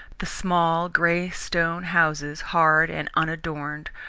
the small, grey stone houses, hard and unadorned,